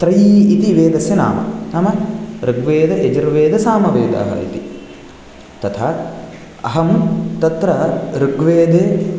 त्रयी इति वेदस्य नाम नाम ऋग्वेदयजुर्वेदसामवेदः इति तथा अहं तत्र ऋग्वेदे